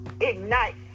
ignite